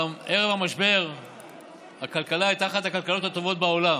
גם בערב המשבר הכלכלה הייתה אחת הכלכלות הטובות בעולם.